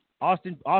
Austin